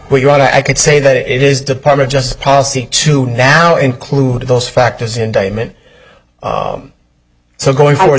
what you want i could say that it is department just policy to now include those factors indictment so going forward